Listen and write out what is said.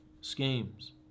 schemes